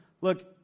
look